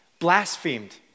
Blasphemed